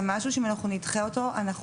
זה משהו שאם אנחנו נדחה אותו אנחנו